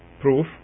proof